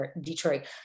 Detroit